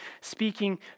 speaking